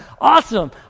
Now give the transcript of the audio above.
awesome